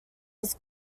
was